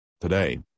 Today